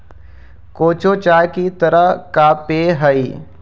cocoa चाय की तरह का पेय हई